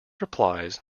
replies